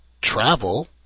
travel